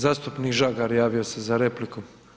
Zastupnik Žagar javio se za repliku.